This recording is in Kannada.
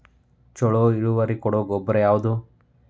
ಛಲೋ ಇಳುವರಿ ಕೊಡೊ ಗೊಬ್ಬರ ಯಾವ್ದ್?